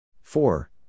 four